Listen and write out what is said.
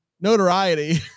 notoriety